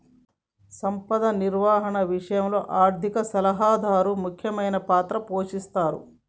సంపద నిర్వహణ విషయంలో ఆర్థిక సలహాదారు ముఖ్యమైన పాత్ర పోషిస్తరు